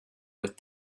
with